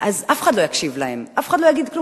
אז אף אחד לא יקשיב להם, אף אחד לא יגיד כלום.